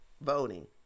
voting